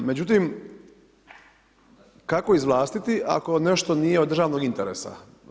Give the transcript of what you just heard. Međutim kako izvlastiti ako nešto nije od državnog interesa?